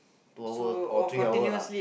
two hour or three hour lah